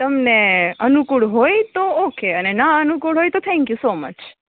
તમને અનુકૂળ હોય તો ઓકે અને ના અનુકૂળ હોય તો થેન્ક યુ સો મચ